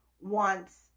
wants